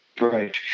Right